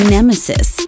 Nemesis